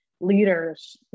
leaders